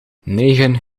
negen